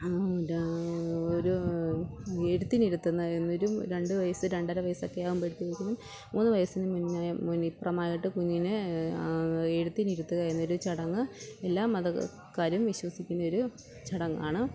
ഒരു എഴുത്തിന് ഇരുത്തുന്നതിന് ഒരു രണ്ട് വയസ്സ് രണ്ടര വയസ്സൊക്കെ ആവുമ്പോഴത്തേക്കും മൂന്ന് വയസ്സിന് മുന്നേ മുന്നിപ്പുറമായിട്ട് കുഞ്ഞിനെ എഴുത്തിന് ഇരുത്തുക എന്നൊരു ചടങ്ങ് എല്ലാ മതക്കാരും വിശ്വസിക്കുന്ന ഒരു ചടങ്ങാണ്